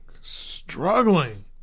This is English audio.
struggling